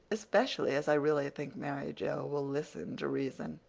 especially as i really think mary joe will listen to reason.